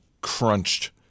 crunched